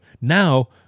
Now